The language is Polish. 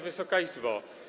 Wysoka Izbo!